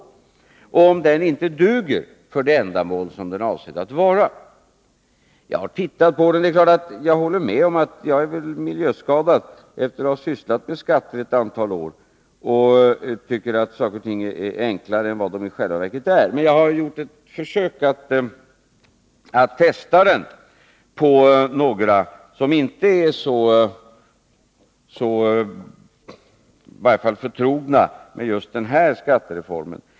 Jag vet inte om Gunnar Biörck tycker att den inte duger för det ändamål som den är avsedd att ha. Jag har tittat på den. Jag är väl miljöskadad efter att ha sysslat med skatter ett antal år och tycker att saker är enklare än vad de i själva verket är. Jag har gjort ett försök att prova denna broschyr på några personer som inte är så förtrogna med just denna skattereform.